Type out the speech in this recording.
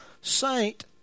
saint